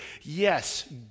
Yes